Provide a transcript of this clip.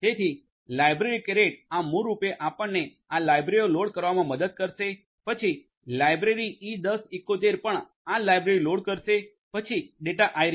તેથી library caret આ મૂળરૂપે આપણેને આ લાઇબ્રેરીઓ લોડ કરવામાં મદદ કરશે પછી લાઇબ્રેરી e1071 પણ આ લાઇબ્રેરી લોડ કરશે પછી ડેટા આઇરિસ